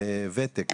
וותק